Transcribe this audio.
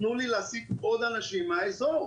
תנו לנו להשיג עוד אנשים מאזור.